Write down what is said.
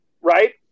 right